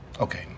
Okay